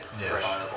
Yes